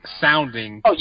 sounding